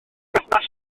berthnasol